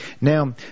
Now